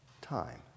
time